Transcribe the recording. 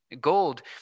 Gold